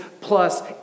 plus